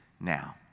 now